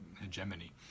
hegemony